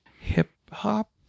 hip-hop